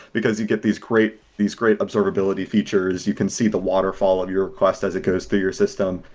because you get these great these great observability features. you can see the waterfall of your request as it goes through your system.